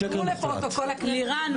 לירן,